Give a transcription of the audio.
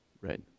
Right